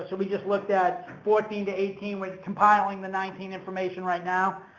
so we just looked at fourteen to eighteen with compiling the nineteen information right now.